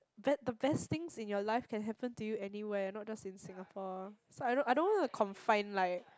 be~ the best things in your life can happen to you anywhere not just in Singapore so I I don't want to confine like